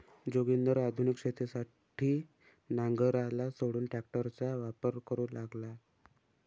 जोगिंदर आधुनिक शेतीसाठी नांगराला सोडून ट्रॅक्टरचा वापर करू लागला